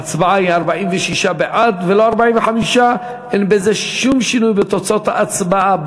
ההצבעה היא 46 בעד ולא 45. אין בזה שום שינוי בתוצאות ההצבעה,